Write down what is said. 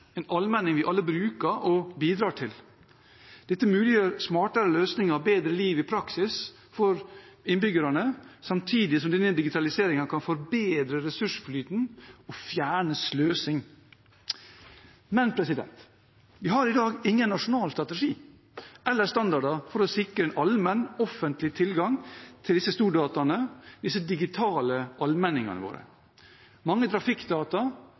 en allmenning vi alle bruker og bidrar til. Dette muliggjør smartere løsninger og bedre liv i praksis for innbyggerne, samtidig som denne digitaliseringen kan forbedre ressursflyten og fjerne sløsing. Men vi har i dag ingen nasjonal strategi eller standard for å sikre en allmenn, offentlig tilgang til disse stordataene, disse digitale allmenningene våre. Mange trafikkdata